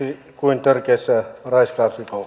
kuin törkeissä raiskausrikoksissa